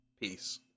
Peace